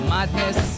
Madness